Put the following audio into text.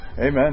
Amen